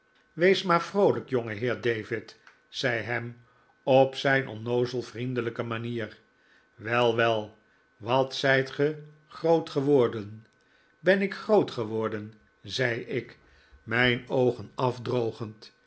wees maar vroolijk jongeheer david zei ham op zijn onnoozel vriendelijke manier wel wel wat zijt ge groot geworden ben ik groot geworden zei ik mijn oogen afdrogend